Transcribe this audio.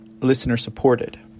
listener-supported